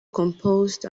composed